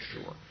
sure